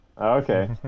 okay